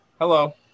Hello